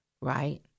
right